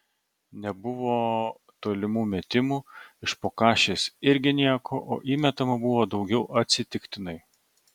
nebuvo tolimų metimų iš po kašės irgi nieko o įmetama buvo daugiau atsitiktinai